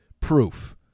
proof